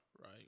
Right